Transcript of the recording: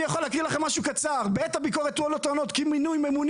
אני יכול להקריא לכם משהו קצר: "בעת הביקורת הועלו טענות כי מינוי ממונים